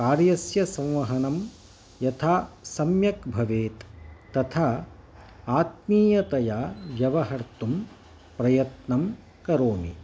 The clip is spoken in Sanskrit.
कार्यस्य संवहनं यथा सम्यक् भवेत् तथा आत्मीयतया व्यवहर्तुं प्रयत्नं करोमि